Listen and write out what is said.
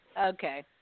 Okay